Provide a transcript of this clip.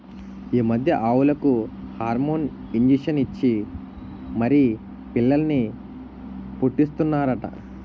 ఈ మధ్య ఆవులకు హార్మోన్ ఇంజషన్ ఇచ్చి మరీ పిల్లల్ని పుట్టీస్తన్నారట